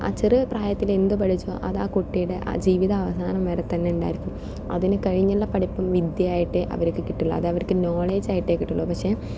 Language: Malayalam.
ചെറുപ്രായത്തിൽ എന്തു പഠിച്ചു അതാ കുട്ടിയുടെ ജീവിത അവസാനം വരെ തന്നെ ഉണ്ടായിരിക്കും അതിന് കഴിഞ്ഞുള്ള പഠിപ്പും വിദ്യ ആയിട്ട് അവരിക്ക് കിട്ടുള്ളൂ അത് അവരിക്ക് നോളജ് ആയിട്ടേ കിട്ടുള്ളൂ പക്ഷേ